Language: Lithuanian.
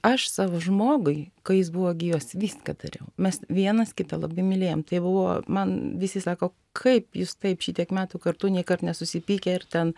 aš savo žmogui kai jis buvo gyvas viską dariau mes vienas kitą labai mylėjom tai buvo man visi sako kaip jūs taip šitiek metų kartu nė kart nesusipykę ir ten